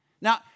Now